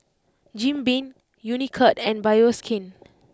Jim Beam Unicurd and Bioskin